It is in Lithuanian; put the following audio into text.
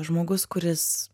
žmogus kuris